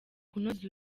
kunoza